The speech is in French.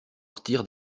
sortir